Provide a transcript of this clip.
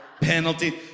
penalty